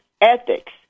ethics